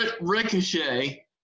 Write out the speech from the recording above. Ricochet